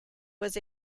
was